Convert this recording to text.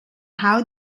how